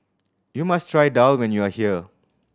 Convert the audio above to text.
you must try daal when you are here